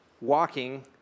walking